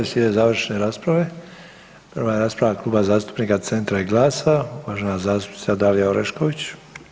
Slijede završne rasprave, prva je rasprava Kluba zastupnika Centra i GLAS-a uvažena zastupnica Dalija Orešković.